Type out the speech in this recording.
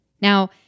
Now